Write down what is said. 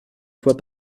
fois